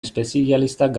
espezialistak